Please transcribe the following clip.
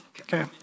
Okay